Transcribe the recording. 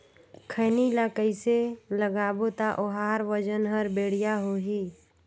खैनी ला कइसे लगाबो ता ओहार वजन हर बेडिया होही?